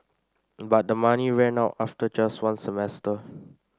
but the money ran out after just one semester